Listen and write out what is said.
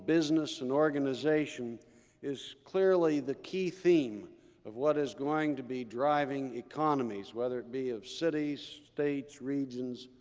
business, in organization is clearly the key theme of what is going to be driving economies, whether it be of cities, states, regions,